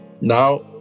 now